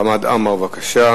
חבר הכנסת חמד עמאר, בבקשה.